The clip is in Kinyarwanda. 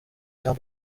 jean